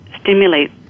stimulate